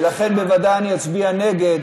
ולכן בוודאי אני אצביע נגד.